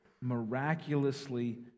miraculously